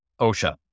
Osha